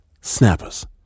Snappers